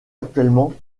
actuellement